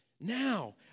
Now